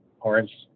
Orange